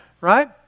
right